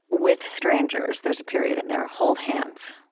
with strangers. there's a period in there. hold hands.